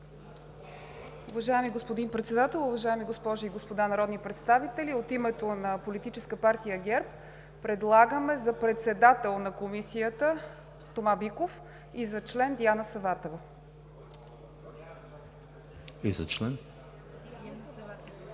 Уважаеми господин Председател, уважаеми госпожи и господа народни представители! От името на Политическа партия ГЕРБ предлагаме за председател на Комисията Тома Биков и за член Диана Саватева. ПРЕДСЕДАТЕЛ